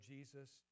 Jesus